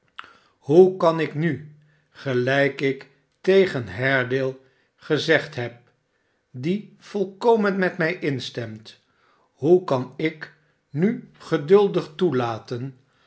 hoe kan ik nu gelijk ik tegen haredale gezegd heb die volkomen met mij instemt hoe kan ik nu geduldig toelaten